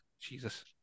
Jesus